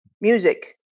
music